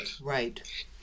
Right